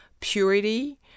purity